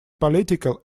political